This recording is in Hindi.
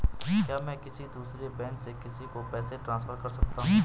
क्या मैं किसी दूसरे बैंक से किसी को पैसे ट्रांसफर कर सकता हूँ?